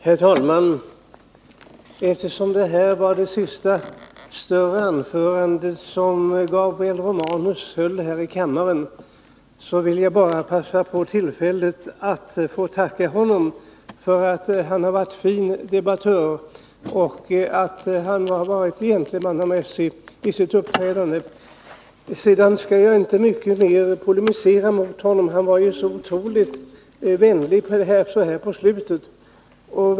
Herr talman! Eftersom det här var det sista större anförande som Gabriel Romanus höll i kammaren, vill jag passa på tillfället att tacka honom för att han har varit en fin debattör och gentlemannamässig i sitt uppträdande. Jag skall inte polemisera mot honom — han var ju så otroligt vänlig så här på slutet.